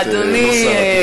אדוני,